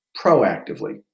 proactively